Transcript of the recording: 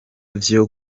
vyo